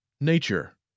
Nature